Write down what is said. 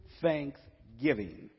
thanksgiving